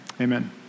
amen